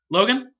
Logan